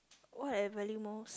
what I value most